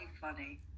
funny